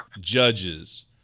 judges